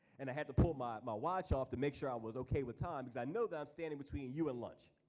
and i had to pull my my watch off to make sure i was okay with time because i know that i'm standing between you and lunch.